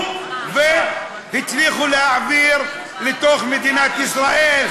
והצליחו להעביר לתוך מדינת ישראל.